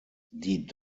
die